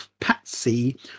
Patsy